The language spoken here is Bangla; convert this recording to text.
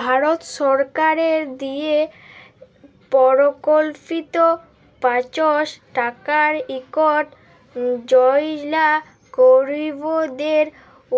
ভারত সরকারের দিয়ে পরকল্পিত পাঁচশ টাকার ইকট যজলা গরিবদের